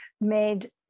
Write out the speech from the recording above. made